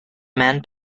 man